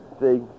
See